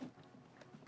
פתחתם את הזום?